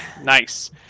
nice